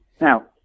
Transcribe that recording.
Now